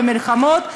במלחמות,